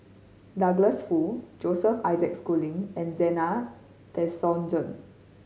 Douglas Foo Joseph Isaac Schooling and Zena Tessensohn